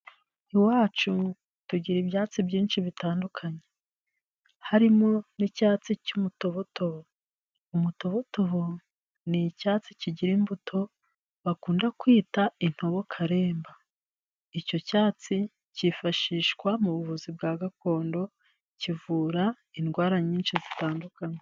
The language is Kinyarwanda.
Iwacu tugira ibyatsi byinshi bitandukanye, harimo n'icyatsi cy'umutobotobo, umutobotobo ni icyatsi kigira imbuto bakunda kwita intobo karemba, icyo cyatsi cyifashishwa mu buvuzi bwa gakondo, kivura indwara nyinshi zitandukanye.